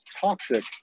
toxic